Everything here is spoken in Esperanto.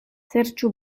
serĉu